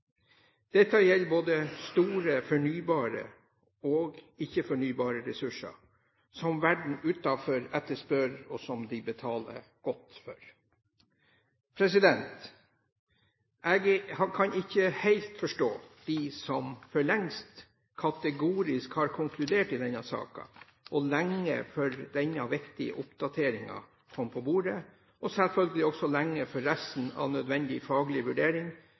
Dette gjelder både store, fornybare og ikke-fornybare ressurser som verden utenfor etterspør, og som de betaler godt for. Jeg kan ikke helt forstå dem som for lengst kategorisk har konkludert i denne saken, og lenge før denne viktige oppdateringen kom på bordet, og selvfølgelig også lenge før resten av nødvendig faglig vurdering,